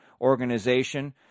organization